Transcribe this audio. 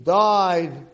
died